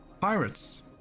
pirates